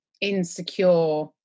insecure